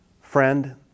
Friend